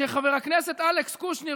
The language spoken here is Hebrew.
שחבר הכנסת אלכס קושניר,